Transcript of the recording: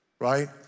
right